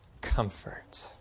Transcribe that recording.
comfort